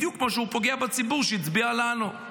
בדיוק כמו שהוא פוגע בציבור שהצביע לנו?